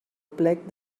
plec